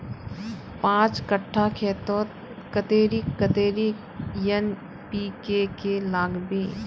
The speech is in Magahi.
पाँच कट्ठा खेतोत कतेरी कतेरी एन.पी.के के लागबे?